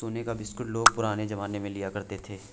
सोने का बिस्कुट लोग पुराने जमाने में लिया करते थे